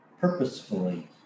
purposefully